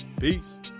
Peace